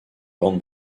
grande